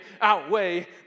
outweigh